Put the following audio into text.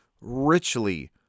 richly